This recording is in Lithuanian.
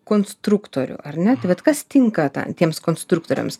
konstruktorių ar ne tai vat kas tinka tiems konstruktoriams